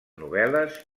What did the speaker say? novel·les